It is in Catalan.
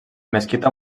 mesquita